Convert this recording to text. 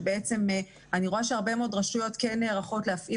כשאני רואה שהרבה מאוד רשויות כן נערכות להפעיל